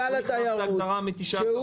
--- מנכ"ל משרד התיירות אמר עכשיו שהוא